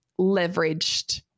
leveraged